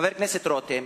חבר הכנסת רותם,